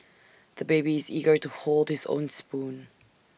the baby is eager to hold his own spoon